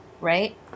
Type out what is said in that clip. Right